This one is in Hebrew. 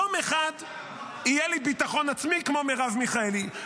יום אחד יהיה לי ביטחון עצמי כמו מרב מיכאלי.